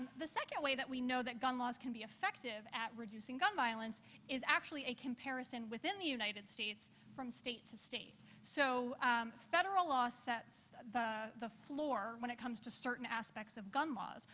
the second way that we know that gun laws can be effective at reducing gun violence is actually a comparison within the united states from state to state. so federal law sets the the floor when it comes to certain aspects of gun laws.